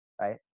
right